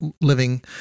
living